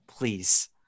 Please